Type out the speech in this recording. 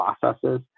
processes